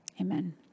amen